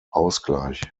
ausgleich